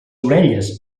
orelles